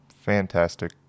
Fantastic